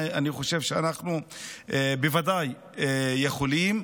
אני חושב שאנחנו בוודאי יכולים.